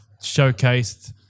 showcased